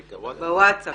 כן, בווטסאפ.